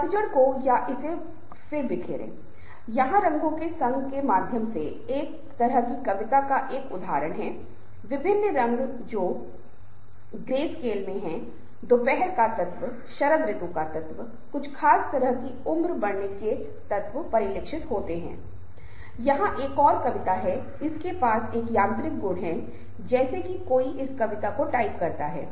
लेकिन वैसे भी संघर्षों पर विचार किया जाता है इसे बहुत ही सही भावना में भी माना जाना चाहिए और जो भी अच्छी चीजें या रचनात्मक चीजें हैं उन्हें उचित समझ के साथ लिया जा सकता है जो हर किसी के विचार को महत्व देता है